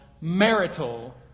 marital